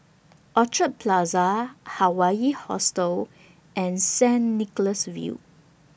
Orchid Plaza Hawaii Hostel and Saint Nicholas View